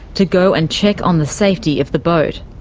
to go and check on the safety of the boat.